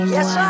Yes